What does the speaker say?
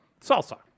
Salsa